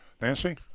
Nancy